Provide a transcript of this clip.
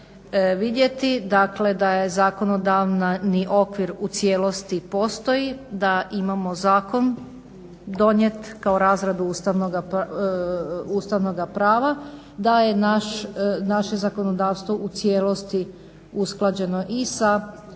vidjeti da je zakonodavni okvir u cijelosti postoji, da imamo zakon donijet kao razradu ustavnoga prava, da je naše zakonodavstvo u cijelosti usklađeno i sa